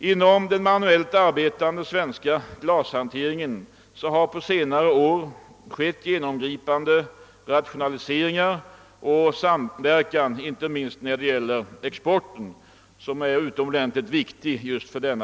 Inom den manuellt arbetande svenska glashanteringen har under senare år skett genomgripande rationaliseringar och samverkan inte minst när det gäller exporten, som är utomordentligt viktig för denna bransch.